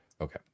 Okay